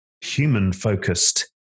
human-focused